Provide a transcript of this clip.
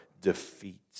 defeat